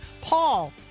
paul